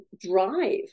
drive